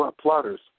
plotters